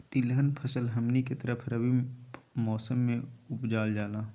तिलहन फसल हमनी के तरफ रबी मौसम में उपजाल जाला